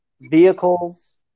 vehicles